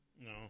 No